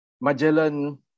Magellan